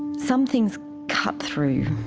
some things cut through.